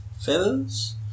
feathers